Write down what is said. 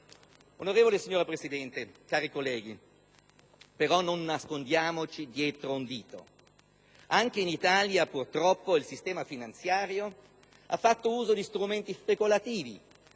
onorevole Presidente, colleghi, non nascondiamoci dietro un dito: anche in Italia, purtroppo, il sistema finanziario ha fatto uso di strumenti speculativi,